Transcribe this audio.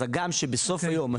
הגם שבסוף היום,